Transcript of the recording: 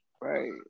right